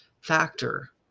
factor